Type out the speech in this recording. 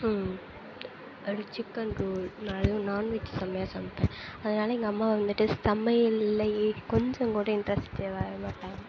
அது chicken roll நான் non veg செமயாக சமைப்பேன் அதனால் எங்கள் அம்மா வந்துட்டு சமையல்லேயே கொஞ்சம்கூட இன்ட்ரெஸ்ட்டா வர மாட்டாங்க